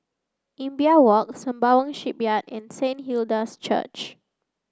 Imbiah Walk Sembawang Shipyard and Saint Hilda's Church